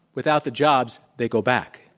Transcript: without the jobs, they go back.